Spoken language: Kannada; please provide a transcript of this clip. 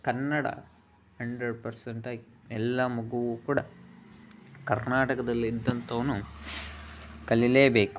ಕನ್ನಡ ಹಂಡ್ರೆಡ್ ಪರ್ಸೆಂಟಾಗಿ ಎಲ್ಲ ಮಗುವೂ ಕೂಡ ಕರ್ನಾಟಕದಲ್ಲಿದ್ದಂಥವನು ಕಲಿಯಲೇಬೇಕು